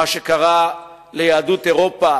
מה שקרה ליהדות אירופה